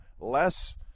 less